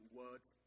words